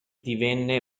divenne